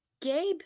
gabe